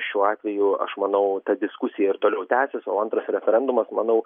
šiuo atveju aš manau ta diskusija ir toliau tęsis o antras referendumas manau